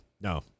No